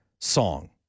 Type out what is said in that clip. song